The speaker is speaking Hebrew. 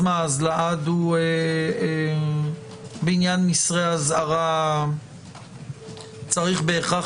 אז לעד הוא בעניין מסרי אזהרה צריך בהכרח